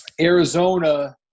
Arizona